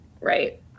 Right